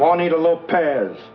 juanita lopez